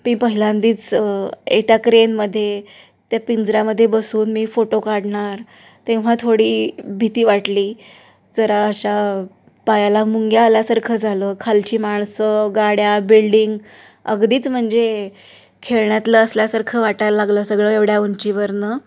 मी पहिल्यांदाच येत्या क्रेनमध्ये त्या पिंजऱ्यामध्ये बसून मी फोटो काढणार तेव्हा थोडी भीती वाटली जरा अशा पायाला मुंग्या आल्यासारखं झालं खालची माणसं गाड्या बिल्डिंग अगदीच म्हणजे खेळण्यातलं असल्यासारखं वाटायला लागलं सगळं एवढ्या उंचीवरून